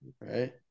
Right